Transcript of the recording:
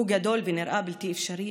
הוא גדול ונראה בלתי אפשרי,